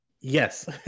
Yes